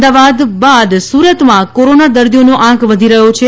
અહમદાવાદ બાદ સુરતમાં કોરોના દર્દીઓનો આંક વધી રહ્યો છે